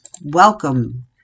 Welcome